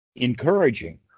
encouraging